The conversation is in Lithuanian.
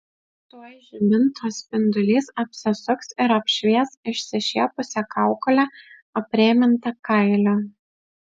tuoj žibinto spindulys apsisuks ir apšvies išsišiepusią kaukolę aprėmintą kailiu